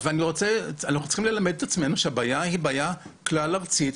אנחנו צריכים ללמד את עצמנו שהבעיה היא כלל ארצית.